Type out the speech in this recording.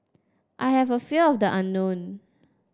I have a fear of the unknown